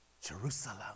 Jerusalem